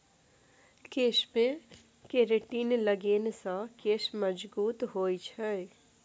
केशमे केरेटिन लगेने सँ केश मजगूत होए छै